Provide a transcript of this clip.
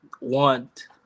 want